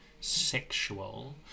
sexual